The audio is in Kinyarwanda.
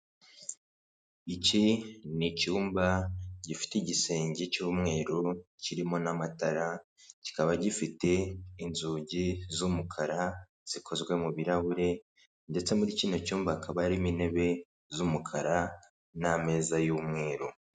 Iki ni icyumba gifite igisenge cy'umweru kirimo n'amatara kikaba gifite inzugi z'umukara zikozwe mu birahure ndetse muri kino cyumba hakaba harimo intebe z'umukara n'ameza y'umweru.